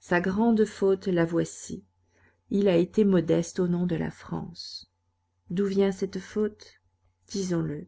sa grande faute la voici il a été modeste au nom de la france d'où vient cette faute disons-le